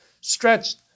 stretched